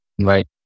Right